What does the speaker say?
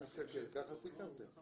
--- ככה סיכמתם.